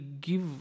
give